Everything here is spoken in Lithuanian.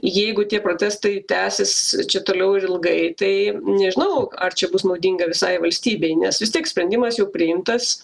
jeigu tie protestai tęsis čia toliau ir ilgai tai nežinau ar čia bus naudinga visai valstybei nes vis tiek sprendimas jau priimtas